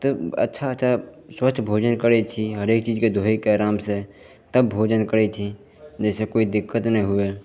तऽ अच्छा अच्छा स्वस्थ भोजन करै छी हरेक चीजके धोइके आरामसे तब भोजन करै छी जाहिसे कोइ दिक्कत नहि हुए